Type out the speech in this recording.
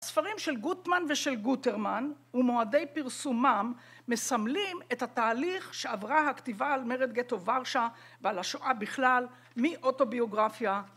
ספרים של גוטמן ושל גוטרמן ומועדי פרסומם מסמלים את התהליך שעברה הכתיבה על מרד גטו ורשה ועל השואה בכלל מאוטוביוגרפיה